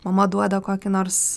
mama duoda kokį nors